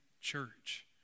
church